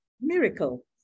miracle